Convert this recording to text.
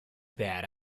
bad